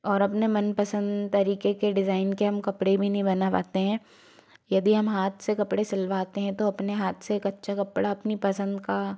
और अपने मनपसंद तरीके के डिजाइन के हम कपड़े भी नहीं बना पाते हैं यदि हम हाथ से कपड़े सिलवाते हैं तो अपने हाथ से एक अच्छा कपड़ा अपनी पसंद का